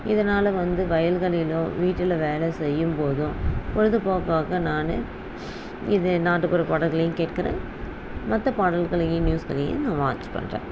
இதனால் வந்து வயல்களிலோ வீட்டில் வேலை செய்யும்போதோ பொழுதுபோக்காக நான் இதே நாட்டுப்புற பாடல்களையும் கேட்கிறேன் மற்ற பாடல்களையும் நியூஸ்களையும் நான் வாச் பண்ணுறேன்